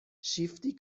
شیفتی